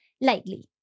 lightly